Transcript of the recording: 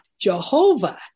Jehovah